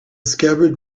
scabbard